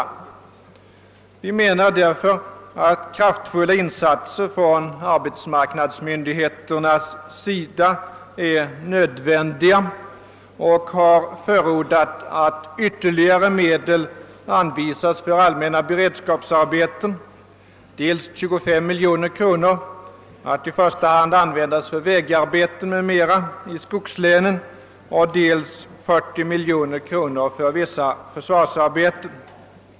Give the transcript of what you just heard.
Vi reservanter menar därför att kraftfulla insatser från arbetsmarknadsmyndigheternas sida är nödvändiga, och vi har förordat att ytterligare medel anvisas för allmänna beredskapsarbeten, dels 25 miljoner kronor till i första hand vägarbeten m.m. i skogslänen, dels 40 miljoner kronor till vissa försvarsarbeten.